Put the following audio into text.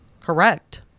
Correct